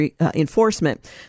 enforcement